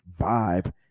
vibe